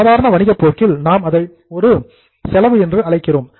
சாதாரண வணிக போக்கில் நாம் அதை ஒரு எக்ஸ்பென்ஸ் செலவு என்று அழைக்கிறோம்